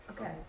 Okay